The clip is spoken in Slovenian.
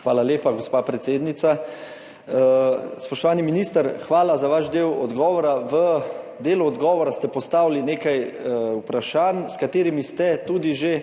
Hvala lepa, gospa predsednica. Spoštovani minister, hvala za vaš del odgovora. V delu odgovora ste postavili nekaj vprašanj, s katerimi ste tudi že,